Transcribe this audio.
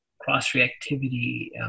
cross-reactivity